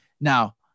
Now